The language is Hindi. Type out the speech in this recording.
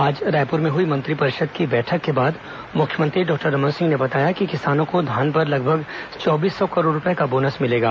आज रायपुर में हुई राज्य मंत्रिमंडल की बैठक के बाद मुख्यमंत्री डॉक्टर रमन सिंह ने बताया कि किसानों को धान पर लगभग चौबीस सौ करोड़ रूपये का बोनस मिलेगा